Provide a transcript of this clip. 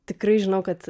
tikrai žinau kad